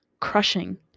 crushing